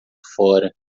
fora